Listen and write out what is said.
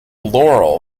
laurel